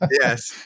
yes